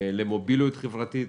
למוביליות חברתית.